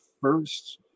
first